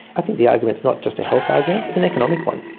i think the argument is not just a health argument, it's an economic one.